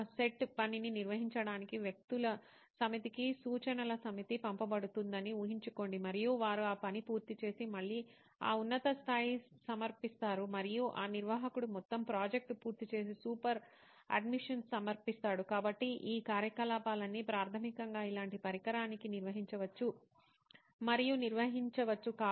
ఒక సెట్ పనిని నిర్వహించడానికి వ్యక్తుల సమితికి సూచనల సమితి పంపబడుతుందని ఊహించుకోండి మరియు వారు ఆ పనిని పూర్తి చేసి మళ్ళీ ఆ ఉన్నత స్థాయి సమర్పిస్తారు మరియు ఆ నిర్వాహకుడు మొత్తం ప్రాజెక్ట్ను పూర్తి చేసి సూపర్ అడ్మిన్కు సమర్పిస్తాడు కాబట్టి ఈ కార్యకలాపాలన్నీ ప్రాథమికంగా ఇలాంటి పరికరానికి నిర్వహించవచ్చు మరియు నిర్వహించవచ్చు